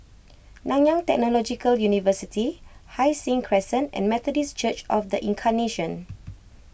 Nanyang Technological University Hai Sing Crescent and Methodist Church of the Incarnation